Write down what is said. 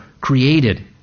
created